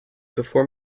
before